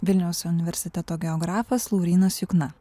vilniaus universiteto geografas laurynas jukna